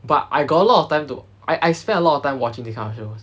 but I got a lot of time to I I spent a lot of time watching the kind of shows